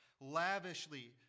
lavishly